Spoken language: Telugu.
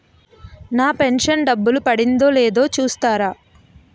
నా పెను షన్ డబ్బులు పడిందో లేదో చూస్తారా?